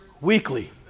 weekly